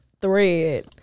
thread